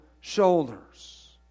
shoulders